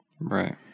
Right